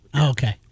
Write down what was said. Okay